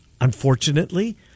unfortunately